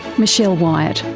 michelle wyatt.